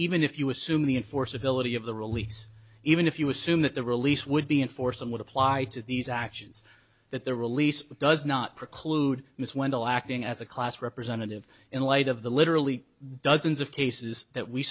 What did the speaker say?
even if you assume the enforceability of the release even if you assume that the release would be in force and would apply to these actions that the release does not preclude miss wendell acting as a class representative in light of the literally dozens of cases that we